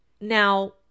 Now